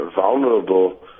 vulnerable